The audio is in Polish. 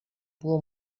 było